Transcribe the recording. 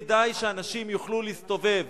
כדאי שאנשים יוכלו להסתובב